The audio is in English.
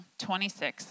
26